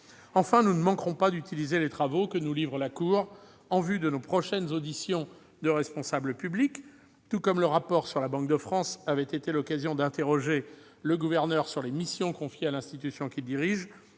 Enfin, nous ne manquerons pas d'utiliser les travaux que nous livre la Cour des comptes en vue de nos prochaines auditions de responsables publics. Tout comme le rapport sur la Banque de France avait fourni l'occasion d'interroger le gouverneur sur les missions confiées à l'institution qu'il dirige,